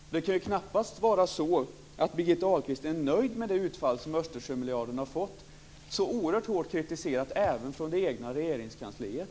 Birgitta Ahlqvist kan väl knappast vara nöjd med det utfall som Östersjömiljarden har fått och som ju är så oerhört hårt kritiserat även från det egna regeringskansliet.